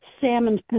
salmon